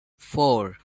four